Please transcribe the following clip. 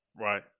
right